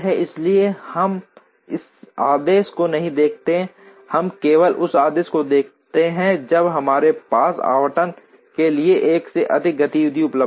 इसलिए हम इस आदेश को नहीं देखते हैं हम केवल इस आदेश को देखते हैं जब हमारे पास आवंटन के लिए 1 से अधिक गतिविधि उपलब्ध है